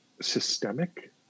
systemic